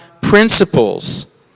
principles